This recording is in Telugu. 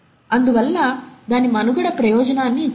అందువల్ల దానికి మనుగడ ప్రయోజనాన్ని ఇచ్చింది